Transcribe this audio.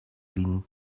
been